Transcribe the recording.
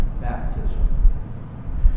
baptism